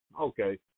okay